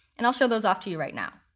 and i'll show those off to you right now.